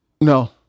No